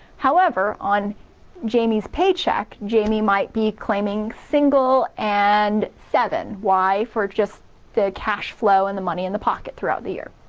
however, on jamie's paycheck, jamie might be claiming single and seven. why? for just the cash flow and the money in the pocket throughout the year.